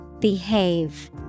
Behave